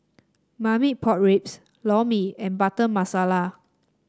Marmite Pork Ribs Lor Mee and Butter Masala